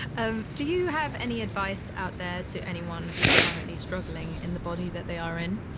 um do you have any advice out there to anyone who's currently struggling in the body that they are in?